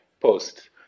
post